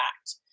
fact